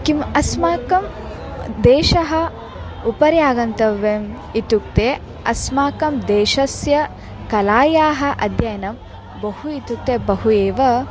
किम् अस्माकं देशः उपरि आगन्तव्यः इत्युक्ते अस्माकं देशस्य कलायाः अध्ययनं बहु इत्युक्ते बहु एव